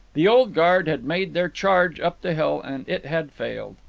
the old guard had made their charge up the hill, and it had failed.